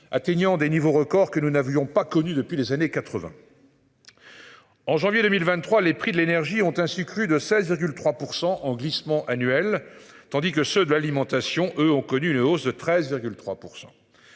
atteignant des niveaux record que nous n'avions pas connue depuis les années 80. En janvier 2023, les prix de l'énergie ont ainsi crû de 16,3% en glissement annuel, tandis que ceux de l'alimentation. Eux ont connu une hausse de 13,3%.